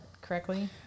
correctly